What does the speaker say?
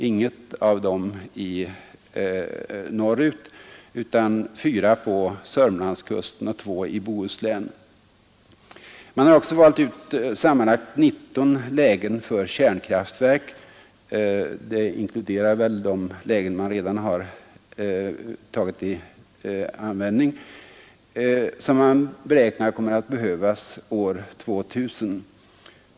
Men av dessa förläggs inget till den norra delen av landet, utan fyra placeras på Sörmlandskusten och två i Bohuslän. Man har också valt ut sammanlagt 19 lägen för kärnkraftverk — häri torde ingå de lägen som redan tagits i anspråk — som man beräknar kommer att behövas år 2000.